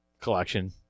collection